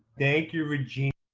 thank you regina